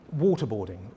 waterboarding